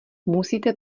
musíte